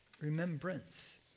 remembrance